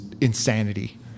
insanity